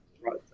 right